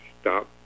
stop